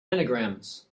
anagrams